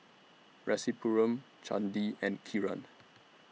Rasipuram Chandi and Kiran